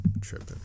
Tripping